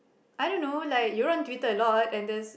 I don't know like you're on twitter a lot and just